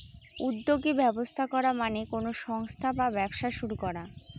উদ্যোগী ব্যবস্থা করা মানে কোনো সংস্থা বা ব্যবসা শুরু করা